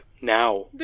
Now